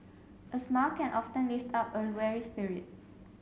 a smile can often lift up a weary spirit